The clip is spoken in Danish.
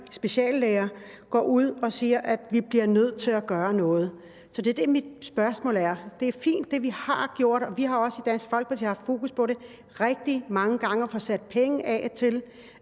speciallæger, går ud og siger, at vi bliver nødt til at gøre noget. Så det er det, mit spørgsmål handler om. Det, vi har gjort, er fint, og vi har også i Dansk Folkeparti haft fokus på det rigtig mange gange og har fået sat penge af til